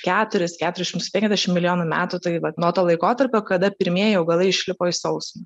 keturis keturis šimtus penkiasdešimt milijonų metų tai vat nuo to laikotarpio kada pirmieji augalai išlipo į sausumą